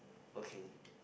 okay